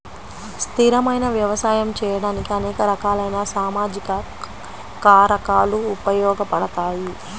స్థిరమైన వ్యవసాయం చేయడానికి అనేక రకాలైన సామాజిక కారకాలు ఉపయోగపడతాయి